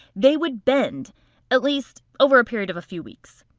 they would bend at least, over a period of a few weeks.